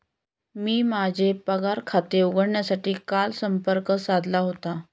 मी माझे पगार खाते उघडण्यासाठी काल संपर्क साधला होता